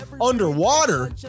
underwater